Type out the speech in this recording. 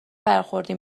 برخوردی